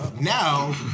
Now